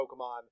Pokemon